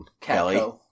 Kelly